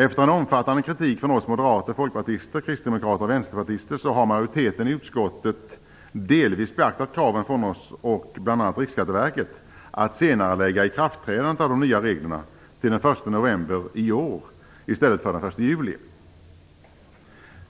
Efter en omfattande kritik från oss moderater, folkpartister, kristdemokrater och vänsterpartister har majoriteten i utskottet delvis beaktat kraven från oss och bl.a. Riksskatteverket att senarelägga ikraftträdandet av de nya reglerna till den 1 november i år i stället för den 1 juli.